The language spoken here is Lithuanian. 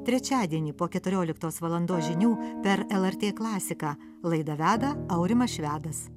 trečiadienį po keturioliktos valandos žinių per lrt klasiką laidą veda aurimas švedas